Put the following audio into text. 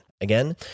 Again